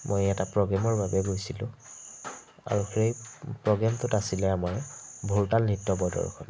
মই এটা প্ৰগ্ৰেমৰ বাবে গৈছিলোঁ আৰু সেই প্ৰগ্ৰেমটোত আছিলে আমাৰ ভোৰতাল নৃত্য প্ৰদৰ্শন